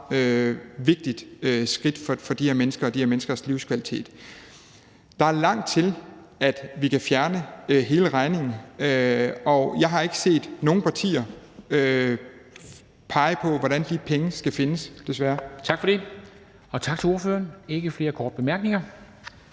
vigtigt skridt for de her mennesker og de her menneskers livskvalitet. Der er langt til, at vi kan fjerne hele regningen, og jeg har ikke set nogen partier pege på, hvordan de penge skal findes, desværre. Kl. 11:01 Formanden (Henrik Dam Kristensen): Tak til ordføreren. Der er ikke flere korte bemærkninger.